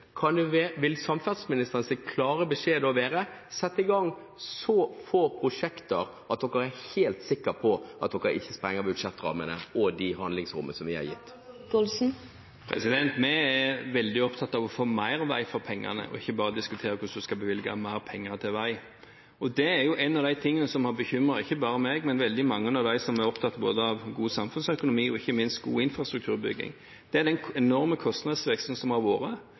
kan få mer penger bevilget enn det man egentlig har fått tildelt – vil samferdselsministerens klare beskjed da være at man skal sette i gang så få prosjekter at man er helt sikker på at man ikke sprenger budsjettrammene og det handlingsrommet som er gitt? Vi er veldig opptatt av å få mer vei for pengene, ikke bare diskutere hvordan vi skal bevilge mer penger til vei. Én av de tingene som har bekymret ikke bare meg, men også veldig mange av dem som er opptatt av god samfunnsøkonomi og ikke minst god infrastrukturbygging, er den enorme kostnadsveksten som har vært.